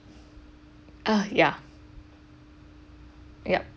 uh yeah yup